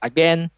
Again